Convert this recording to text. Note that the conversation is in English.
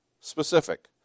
specific